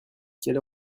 quelle